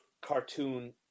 cartoon